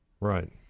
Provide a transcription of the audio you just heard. Right